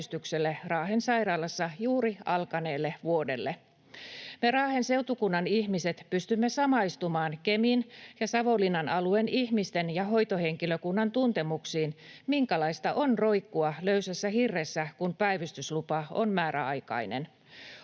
Raahen sairaalassa juuri alkaneelle vuodelle. Me Raahen seutukunnan ihmiset pystymme samaistumaan Kemin ja Savonlinnan alueen ihmisten ja hoitohenkilökunnan tuntemuksiin, minkälaista on roikkua löysässä hirressä, kun päivystyslupa on määräaikainen.